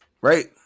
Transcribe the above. right